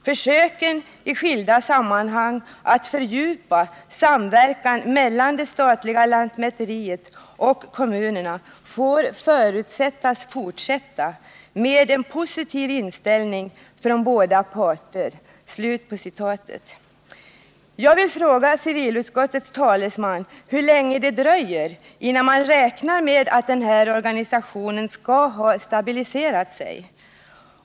Försöken i skilda sammanhang att fördjupa samverkan mellan det statliga lantmäteriet och kommunerna får förutsättas fortsätta — med en positiv inställning från båda parter.” Jag vill fråga civilutskottets talesman hur länge det dröjer innan man räknar med att den här organisationen skall ha stabiliserat sig.